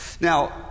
Now